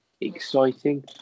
exciting